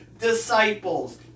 disciples